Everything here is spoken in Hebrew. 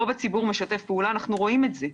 רוב הציבור משתף פעולה, אנחנו רואים את זה.